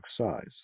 size